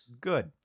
Good